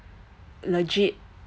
legit